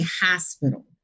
hospital